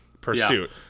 pursuit